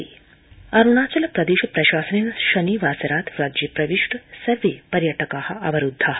Arunachal Pradesh corona Arunachal Pradesh प्रशासनेन शनिवासरात् राज्ये प्रविष्ट सर्वे पर्यटका अवरूद्धा